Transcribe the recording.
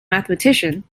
mathematician